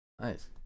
Nice